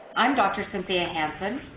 i'm dr. cynthia hansen,